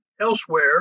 elsewhere